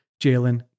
Jalen